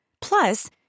Plus